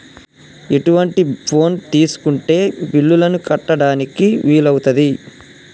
ఎటువంటి ఫోన్ తీసుకుంటే బిల్లులను కట్టడానికి వీలవుతది?